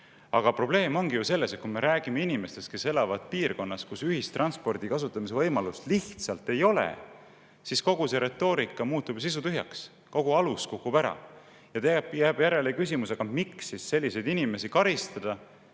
Aga probleem ongi ju selles, et kui me räägime inimestest, kes elavad piirkonnas, kus ühistranspordi kasutamise võimalust lihtsalt ei ole, siis kogu see retoorika muutub ju sisutühjaks. Kogu alus kukub ära ja jääb järele küsimus: aga miks siis selliseid inimesi karistada